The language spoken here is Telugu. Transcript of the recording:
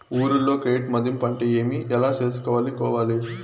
ఊర్లలో క్రెడిట్ మధింపు అంటే ఏమి? ఎలా చేసుకోవాలి కోవాలి?